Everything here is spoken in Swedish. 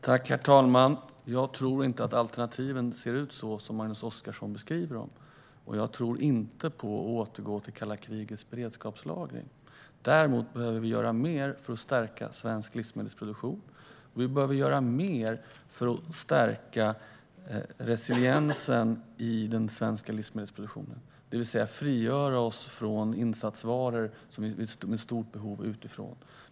Herr talman! Jag tror inte att alternativen ser ut så som Magnus Oscarsson beskriver dem. Och jag tror inte på att återgå till kalla krigets beredskapslager. Däremot behöver vi göra mer för att stärka svensk livsmedelsproduktion. Vi behöver göra mer för att stärka resiliensen i den svenska livsmedelsproduktionen, det vill säga frigöra oss från insatsvaror med stort behov utifrån.